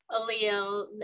allele